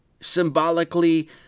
Symbolically